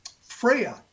Freya